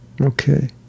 Okay